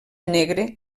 negre